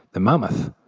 the mammoth,